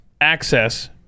access